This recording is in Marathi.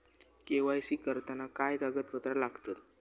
के.वाय.सी करताना काय कागदपत्रा लागतत?